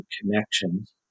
connections